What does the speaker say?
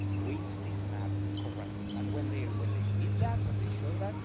reads this map correctly. and when they ah when they read that, when they show that,